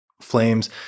flames